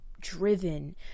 driven